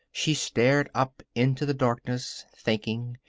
she stared up into the darkness, thinking,